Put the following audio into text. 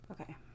Okay